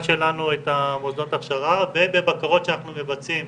שלנו את מוסדות ההכשרה ובבקרות שאנחנו מבצעים